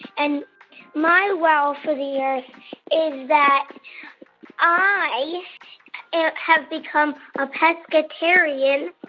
and my wow for the earth is that i and have become a pescatarian.